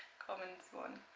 common swan.